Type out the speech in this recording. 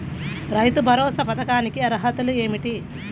రైతు భరోసా పథకానికి అర్హతలు ఏమిటీ?